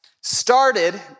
started